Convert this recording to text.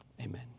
Amen